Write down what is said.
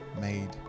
made